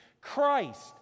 Christ